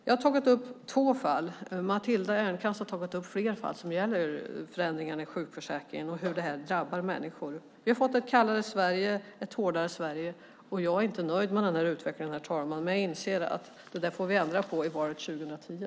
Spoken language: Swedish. Jag har tagit upp två fall. Matilda Ernkrans har tagit upp flera fall som gäller förändringarna i sjukförsäkringen och hur de drabbar människor. Vi har fått ett kallare och hårdare Sverige. Jag är inte nöjd med den här utvecklingen, herr talman, men jag inser att vi får ändra på det i valet 2010.